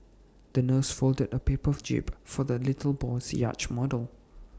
the nurse folded A paper jib for the little boy's yacht model